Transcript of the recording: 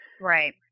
Right